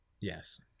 Yes